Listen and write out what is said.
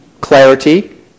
clarity